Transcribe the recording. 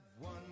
one